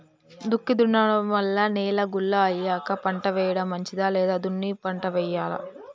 దుక్కి దున్నడం వల్ల నేల గుల్ల అయ్యాక పంట వేయడం మంచిదా లేదా దున్ని పంట వెయ్యాలా?